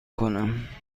کنم